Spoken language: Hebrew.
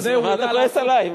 אז מה אתה כועס עלי?